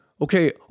okay